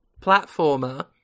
platformer